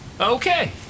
Okay